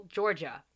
Georgia